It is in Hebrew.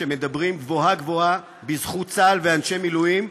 שמדברים גבוהה-גבוהה בזכות צה"ל ואנשי מילואים,